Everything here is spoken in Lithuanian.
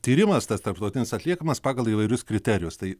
tyrimas tas tarptautinis atliekamas pagal įvairius kriterijus tai